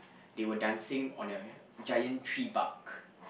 they were dancing on a giant tree bark